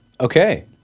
Okay